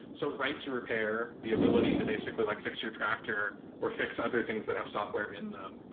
so right to repair, the ability to basically like fix your tractor or fix other things that have software in them.